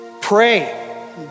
Pray